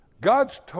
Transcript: God's